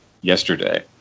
yesterday